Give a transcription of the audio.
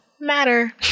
matter